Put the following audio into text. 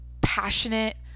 passionate